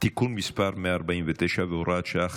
(תיקון מס' 149 והוראת שעה,